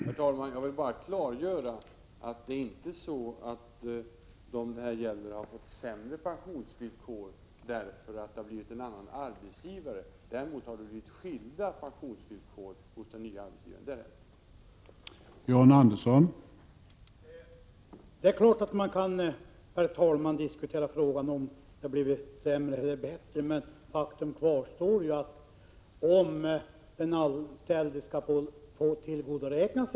Herr talman! Jag vill bara klargöra att de människor som det gäller inte har fått sämre pensionsvillkor därför att det har blivit en annan arbetsgivare. Däremot har det blivit skilda pensionsvillkor hos den nya arbetsgivaren — det är rätt.